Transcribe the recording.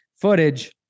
footage